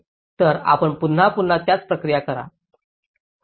तर आपण पुन्हा पुन्हा त्याच प्रक्रिया करा